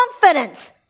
confidence